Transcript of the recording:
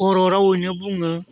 बर' रावैनो बुङो